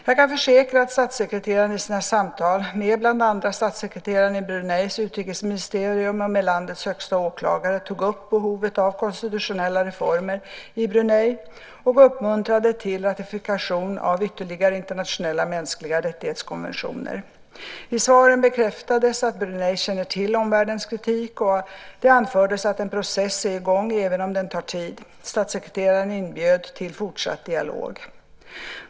Jag kan försäkra att statssekreteraren i sina samtal med bland andra statssekreteraren i Bruneis utrikesministerium och med landets högste åklagare tog upp behovet av konstitutionella reformer i Brunei och uppmuntrade till ratifikation av ytterligare internationella konventioner om mänskliga rättigheter. I svaren bekräftades att Brunei känner till omvärldens kritik, och det anfördes att en process är i gång, även om den tar tid. Statssekreteraren inbjöd till fortsatt dialog.